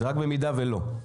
רק במידה ולא.